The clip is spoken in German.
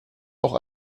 auch